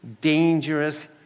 dangerous